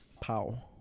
pow